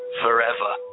forever